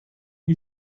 you